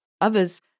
Others